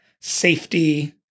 safety